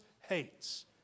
hates